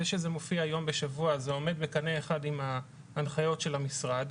זה שזה מופיע יום בשבוע זה עומד בקנה אחד עם ההנחיות של המשרד,